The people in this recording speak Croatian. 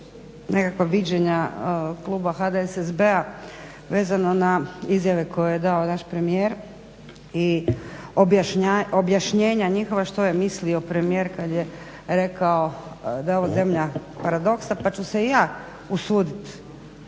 nekakva viđenja kluba HDSSB-a vezano na izjave koje je dao naš premijer i objašnjenje njihova što je mislio premijer kad je rekao da je ovo zemlja paradoksa, pa ću se i ja usuditi